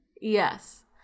Yes